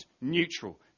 neutral